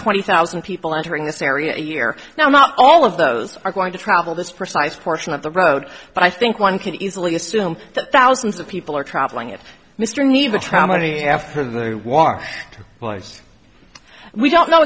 twenty thousand people entering this area a year now not all of those are going to travel this precise portion of the road but i think one can easily assume that thousands of people are traveling it mr need to travel any after the war was we don't know